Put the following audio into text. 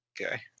okay